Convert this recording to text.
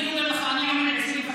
אני אומר לך, אני עומד 25 דקות,